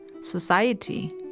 society